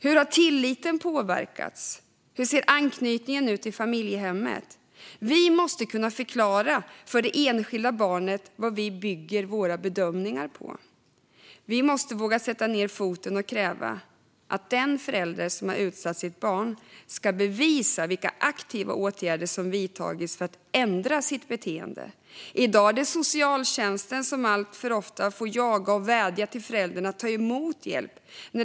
Hur har tilliten påverkats, och hur ser anknytningen ut till familjehemmet? Vi måste kunna förklara för det enskilda barnet vad vi bygger våra bedömningar på. Vi måste våga sätta ned foten och kräva att den förälder som har utsatt sitt barn ska bevisa vilka aktiva åtgärder som har vidtagits för att ändra beteendet. I dag får socialtjänsten alltför ofta jaga och vädja till föräldern att ta emot hjälp.